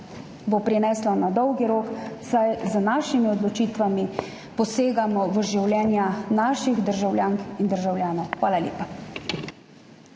bodo prinesle na dolgi rok, saj s svojimi odločitvami posegamo v življenja naših državljank in državljanov. Hvala lepa.